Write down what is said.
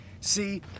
See